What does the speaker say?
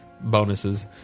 bonuses